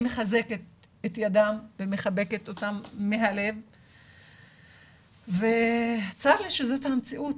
אני מחזקת את ידם ומחבקת אותם מהלב וצר לי שזו המציאות.